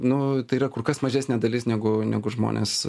nu tai yra kur kas mažesnė dalis negu negu žmonės